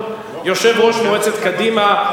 יושב-ראש מועצת קדימה,